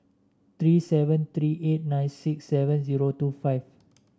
three seven three eight nine six seven zero two five